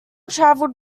traveled